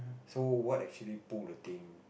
so what actually pull the thing